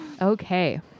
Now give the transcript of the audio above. okay